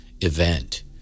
event